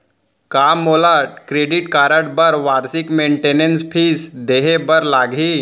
का मोला credit card बर वार्षिक मेंटेनेंस फीस देहे बर लागही?